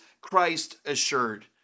Christ-assured